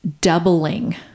doubling